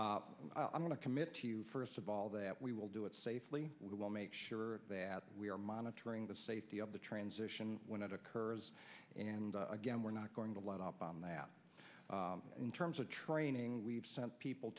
issue i'm going to commit first of all that we will do it safely we will make sure that we are monitoring the safety of the transition when it occurs and again we're not going to let up on that in terms of training we've sent people